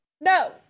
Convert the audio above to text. No